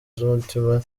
z’umutima